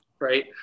right